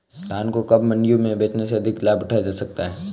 धान को कब मंडियों में बेचने से अधिक लाभ उठाया जा सकता है?